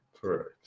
Correct